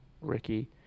Ricky